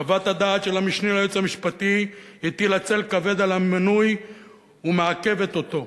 חוות הדעת של המשנה ליועץ המשפטי הטילה צל כבד על המינוי ומעכבת אותו.